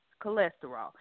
cholesterol